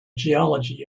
geology